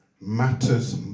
matters